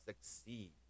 succeed